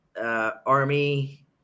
army